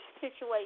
situation